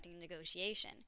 negotiation